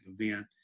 event